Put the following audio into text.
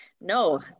no